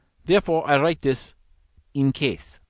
therefore i write this in case.